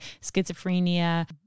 schizophrenia